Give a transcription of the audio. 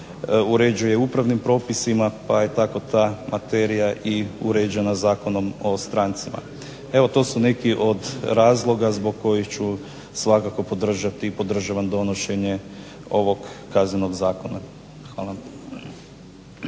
uređuje upravnim propisima pa je tako ta materija uređena Zakonom o strancima. Evo to su neki od razloga zbog kojih ću svakako podržati i podržavam donošenje ovog Kaznenog zakona. Hvala.